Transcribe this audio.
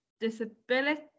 disability